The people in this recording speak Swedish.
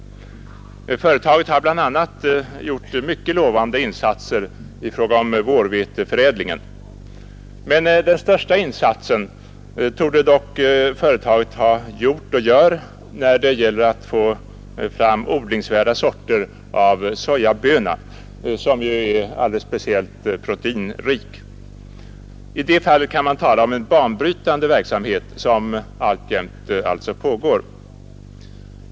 Företaget har bl.a. gjort mycket lovande insatser i fråga om vårveteförädlingen. Men den största insatsen har företaget gjort och gör när det gäller att få fram odlingsvärda sorter av sojaböna, som ju är alldeles speciellt proteinrik. I det fallet kan man tala om en banbrytande verksamhet, som alltså alltjämt pågår.